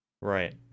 Right